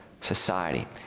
society